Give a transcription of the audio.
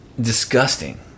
disgusting